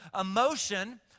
Emotion